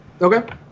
Okay